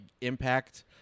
impact